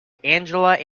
angela